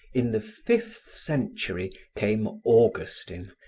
in the fifth century came augustine,